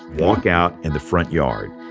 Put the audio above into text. walk out in the front yard